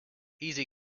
easy